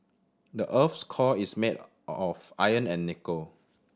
the earth's core is made of iron and nickel